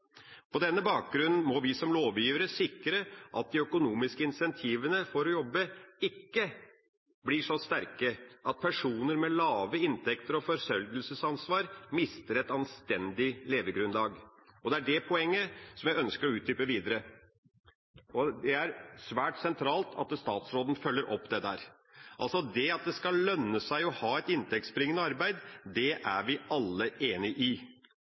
På denne bakgrunn må vi som lovgivere sikre at de økonomiske insentivene for å jobbe ikke blir så sterke at personer med lave inntekter og forsørgeransvar mister et anstendig levegrunnlag. Det er det poenget jeg ønsker å utdype videre, og det er svært sentralt at statsråden følger opp dette. Altså: Det at det skal lønne seg å ha et inntektsbringende arbeid, er vi alle enig i,